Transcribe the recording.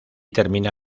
termina